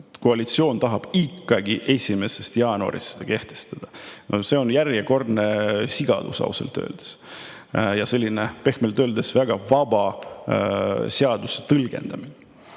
koalitsioon tahab ikkagi 1. jaanuarist seda kehtestada. See on järjekordne sigadus ausalt öeldes ja pehmelt öeldes väga vaba seaduste tõlgendamine.